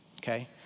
Okay